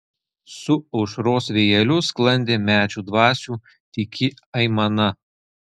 su aušros vėjeliu sklandė medžių dvasių tyki aimana